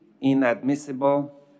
inadmissible